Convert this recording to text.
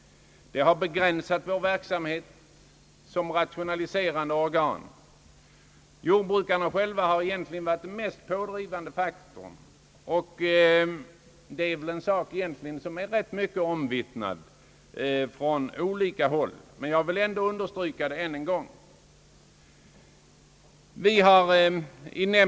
Det har begränsat vår verksamhet som rationaliserande organ. Jordbrukarna själva har egentligen varit den mest pådrivande faktorn, något som är omvittnat från olika håll. Jag vill ändå understryka detta faktum ännu en gång.